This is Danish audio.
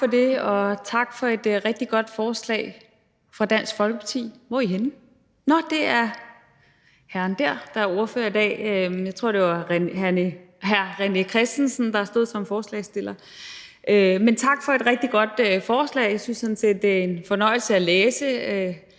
Tak for det, og tak for et rigtig godt forslag fra Dansk Folkepartis side. Hvor er I henne? Nå, det er herren dér, hr. Jens Henrik Thulesen Dahl, der er ordfører i dag – jeg troede, det var hr. René Christensen, der stod som forslagsstiller. Men tak for et rigtig godt forslag. Jeg synes, at det var en fornøjelse at læse